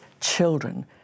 children